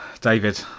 David